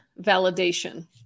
validation